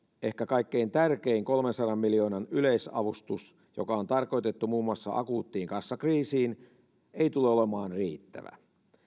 ehkä kaikkein tärkein kolmensadan miljoonan yleisavustus joka on tarkoitettu muun muassa akuuttiin kassakriisiin ei tule olemaan riittävä